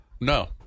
no